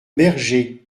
berger